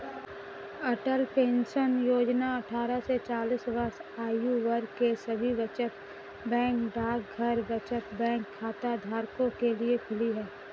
अटल pension योजना अट्ठारह से चालीस वर्ष आयु वर्ग के सभी बचत बैंक डाकघर बचत बैंक खाताधारकों के लिए खुली है